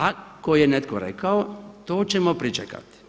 Ako je netko rekao to ćemo pričekati.